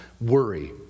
Worry